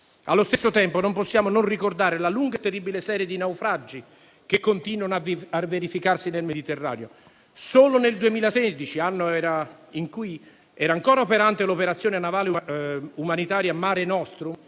Allo stesso tempo, non possiamo non ricordare la lunga e terribile serie di naufragi che continuano a verificarsi nel Mediterraneo. Solo nel 2016, anno in cui era ancora operante l'operazione umanitaria Mare nostrum,